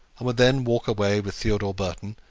and would then walk away with theodore burton,